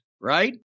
right